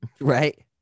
right